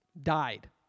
died